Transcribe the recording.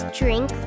drink